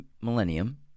millennium